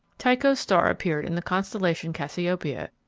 tycho's star appeared in the constellation cassiopeia,